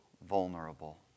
Vulnerable